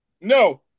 No